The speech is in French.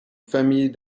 famille